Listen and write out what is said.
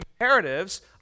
Imperatives